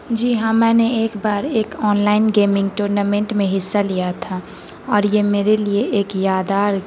جی ہاں میں نے ایک بار ایک آنلائن گیمنگ ٹورنامنٹ میں حصہ لیا تھا اور یہ میرے لیے ایک یادگار